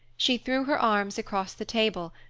she threw her arms across the table,